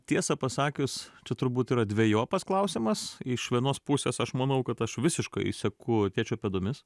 tiesa pasakius čia turbūt yra dvejopas klausimas iš vienos pusės aš manau kad aš visiškai seku tėčio pėdomis